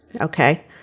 Okay